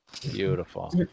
Beautiful